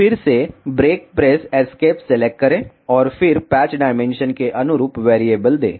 फिर से break press escape select करें और फिर पैच डायमेंशन के अनुरूप वैरिएबल दें